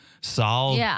solve